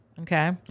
Okay